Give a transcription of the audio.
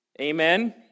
Amen